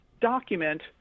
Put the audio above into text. document